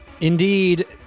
Indeed